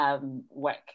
Work